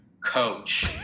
coach